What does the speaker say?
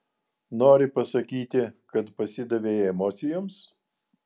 nori pasakyti kad pasidavei emocijoms